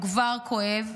הוא כבר כואב,